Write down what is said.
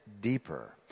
deeper